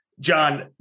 John